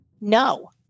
no